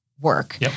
work